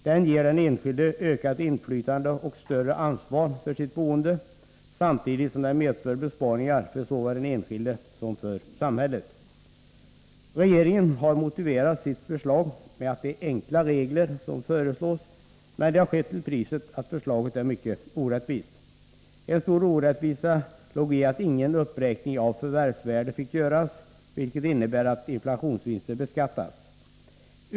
Den ger den enskilde ökat inflytande över och större ansvar för sitt boende, samtidigt som den medför besparingar såväl för den enskilde som för samhället. Regeringen har motiverat sitt förslag med att det är enkla regler som föreslås, men det har skett till priset av att förslaget är mycket orättvist. En stor orättvisa ligger i att ingen uppräkning av förvärvsvärdet får göras, vilket innebär att inflationsvinster beskattas.